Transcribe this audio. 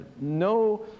no